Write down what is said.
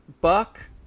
buck